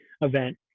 event